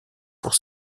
pour